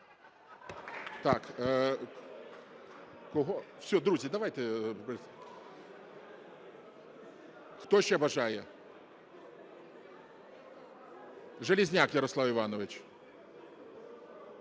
Кого? Все, друзі, давайте... Хто ще бажає? Железняк Ярослав Іванович.